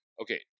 okay